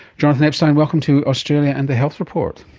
jonathan epstein, welcome to australia and the health report.